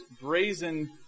brazen